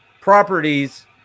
properties